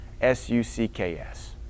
S-U-C-K-S